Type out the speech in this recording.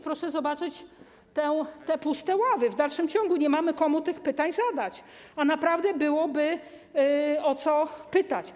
Proszę zobaczyć te puste ławy, w dalszym ciągu nie mamy komu tych pytań zadać, a naprawdę byłoby o co pytać.